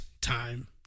time